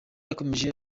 yakomeje